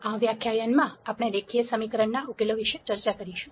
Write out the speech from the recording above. આ વ્યાખ્યાનમાં આપણે રેખીય સમીકરણના ઉકેલો વિશે ચર્ચા કરીશું